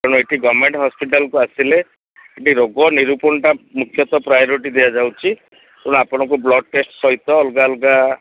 ତେଣୁ ଏଇଠି ଗଭର୍ଣ୍ଣମେଣ୍ଟ୍ ହସ୍ପିଟାଲ୍କୁ ଆସିଲେ ଏଇଠି ରୋଗ ନିରୂପଣଟା ମୁଖ୍ୟତଃ ପ୍ରାଓରିଟି ଦିଆଯାଉଛି ତେଣୁ ଆପଣଙ୍କୁ ବ୍ଲଡ଼୍ ଟେଷ୍ଟ୍ ସହିତ ଅଲଗା ଅଲଗା